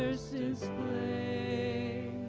s. is a